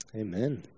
Amen